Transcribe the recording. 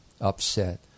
upset